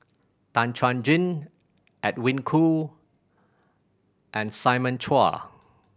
Tan Chuan Jin Edwin Koo and Simon Chua